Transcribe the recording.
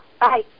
Bye